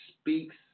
speaks